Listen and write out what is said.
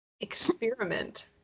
experiment